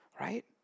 Right